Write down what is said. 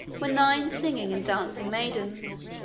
were nine singing and dancing maidens,